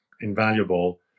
invaluable